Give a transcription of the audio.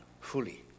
fully